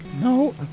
No